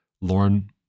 Lauren